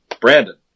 Brandon